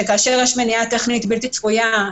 שכאשר יש מניעה טכנית בלתי צפויה,